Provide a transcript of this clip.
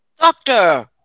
Doctor